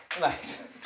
Nice